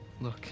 Look